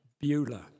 Beulah